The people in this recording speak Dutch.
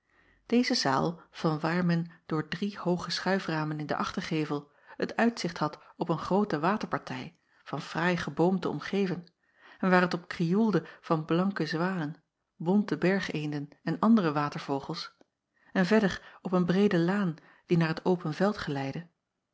eze zaal vanwaar men door drie hooge schuiframen in den achtergevel het uitzicht had op een groote waterpartij van fraai geboomte omgeven en waar t op krioelde van blanke zwanen bonte bergeenden en andere watervogels en verder op een breede laan die naar het open veld